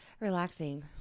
relaxing